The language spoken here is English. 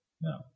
No